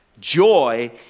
Joy